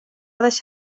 deixar